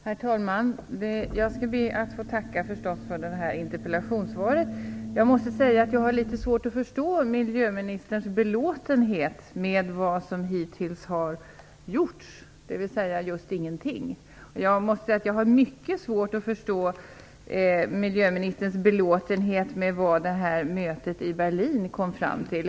Herr talman! Jag skall be att få tacka för det här interpellationssvaret. Jag måste säga att jag har litet svårt att förstå miljöministerns belåtenhet med vad som hittills har gjorts, dvs. just ingenting. Jag måste säga att jag har mycket svårt att förstå miljöministerns belåtenhet med vad mötet i Berlin kom fram till.